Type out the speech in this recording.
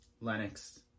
lennox